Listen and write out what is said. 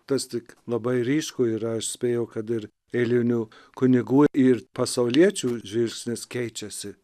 tas tik labai ryšku ir aš spėju kad ir eilinių kunigų ir pasauliečių žvilgsnis keičiasi